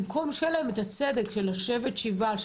במקום שיהיה להם את הצדק של לשבת "שבעה",